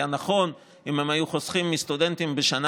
היה נכון אם הם היו חוסכים מסטודנטים בשנה